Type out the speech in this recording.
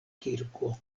kirko